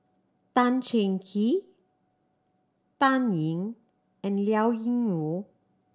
Tan Cheng Kee Dan Ying and Liao Yingru